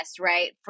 right